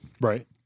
right